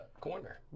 Corner